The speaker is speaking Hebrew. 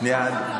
שנייה.